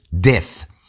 death